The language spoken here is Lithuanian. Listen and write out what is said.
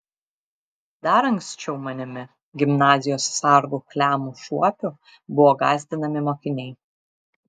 dar anksčiau manimi gimnazijos sargu klemu šuopiu buvo gąsdinami mokiniai